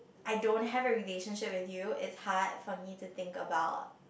I don't have a relationship with you is hard for me to think about